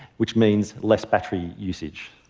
which means less battery usage.